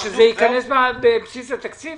שזה ייכנס בבסיס התקציב,